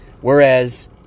Whereas